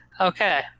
Okay